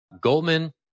Goldman